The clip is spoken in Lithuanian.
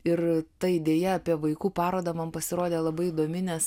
ir ta idėja apie vaikų parodą man pasirodė labai įdomi nes